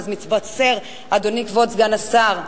אדוני כבוד סגן השר,